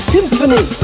Symphony